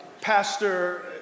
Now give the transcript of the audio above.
Pastor